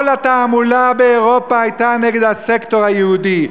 כל התעמולה באירופה הייתה נגד הסקטור היהודי,